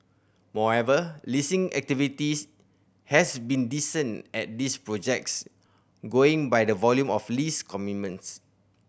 moreover leasing activities has been decent at these projects going by the volume of lease commencements